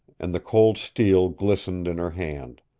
and the cold steel glistened in her hand.